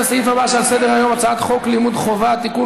לסעיף הבא שעל סדר-היום: הצעת חוק לימוד חובה (תיקון,